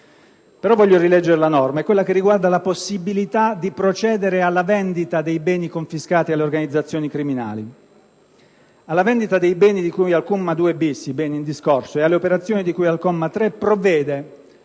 però rileggere tale norma, che riguarda la possibilità di procedere alla vendita di beni confiscati alle organizzazioni criminali: «Alla vendita dei beni di cui al comma 2-*bis*» - i beni in discorso - «e alle operazioni di cui al comma 3 provvede,